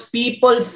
people